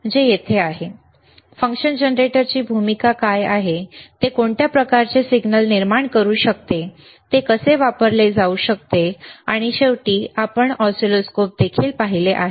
मग फंक्शन जनरेटरची भूमिका काय आहे ते कोणत्या प्रकारचे सिग्नल निर्माण करू शकते ते कसे वापरले जाऊ शकते आणि शेवटी आपण ऑसिलोस्कोप देखील पाहिले आहेत